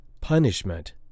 punishment